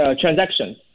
transactions